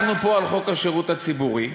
אנחנו דנים פה בחוק השידור הציבורי,